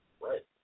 Right